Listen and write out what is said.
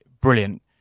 brilliant